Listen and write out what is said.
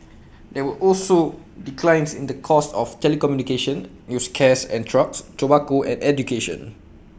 there were also declines in the cost of telecommunication used cares and trucks tobacco and education